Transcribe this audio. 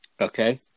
Okay